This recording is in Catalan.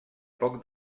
poc